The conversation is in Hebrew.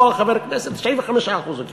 לא חבר כנסת, 95% הוא קיבל.